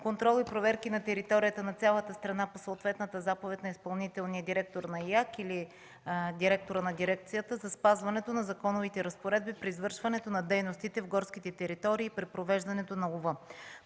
контрол и проверки на територията на цялата страна по съответната заповед на изпълнителния директор на ИАГ или директора на дирекцията за спазването на законовите разпоредби при извършването на дейностите в горските територии и при провеждането на лова.